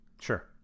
Sure